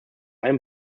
ein